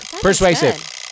Persuasive